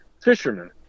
fishermen